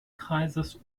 kreises